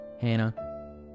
Hannah